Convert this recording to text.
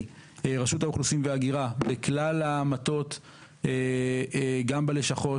רשות האוכלוסין וההגירה לכלל המטות גם בלשכות.